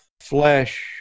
flesh